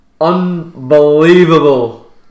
unbelievable